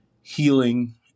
healing